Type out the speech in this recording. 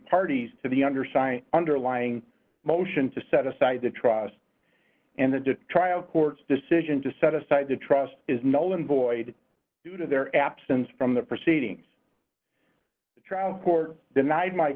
parties to the undersigned underlying motion to set aside the trust and the trial court's decision to set aside the trust is null and void due to their absence from the proceedings the trial court denied my